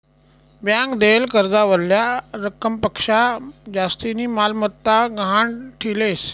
bank देयेल कर्जावरल्या रकमपक्शा जास्तीनी मालमत्ता गहाण ठीलेस